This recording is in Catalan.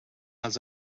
els